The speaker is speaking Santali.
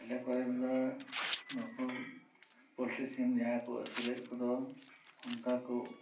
ᱟᱞᱮ ᱠᱚᱨᱮ ᱫᱚ ᱱᱩᱠᱩ ᱯᱚᱞᱴᱨᱤ ᱥᱤᱢ ᱡᱟᱦᱟᱸᱭ ᱠᱚ ᱟᱥᱩᱞᱮᱫ ᱠᱚᱫᱚ ᱚᱱᱠᱟ ᱠᱚ